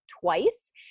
twice